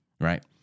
right